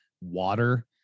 water